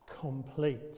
complete